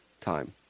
time